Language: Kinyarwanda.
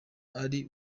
ari